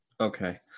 Okay